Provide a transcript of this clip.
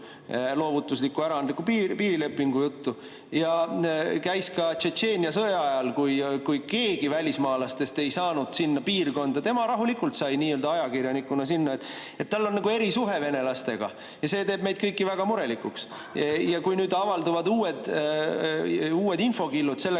loovutusliku, äraandliku piirilepingu juttu. Ja ta käis [kohapeal] ka Tšetšeenia sõja ajal, kui keegi välismaalastest ei saanud sinna piirkonda. Tema rahulikult sai nii-öelda ajakirjanikuna sinna. Tal on nagu erisuhe venelastega ja see teeb meid kõiki väga murelikuks. Ja kui nüüd avalduvad uued infokillud selle